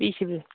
बेसे